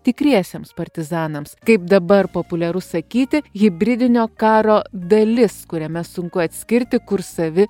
tikriesiems partizanams kaip dabar populiaru sakyti hibridinio karo dalis kuriame sunku atskirti kur savi